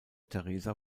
theresa